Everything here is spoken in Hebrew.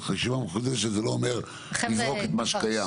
חשיבה מחודשת זה לא אומר לזרוק את מה שקיים.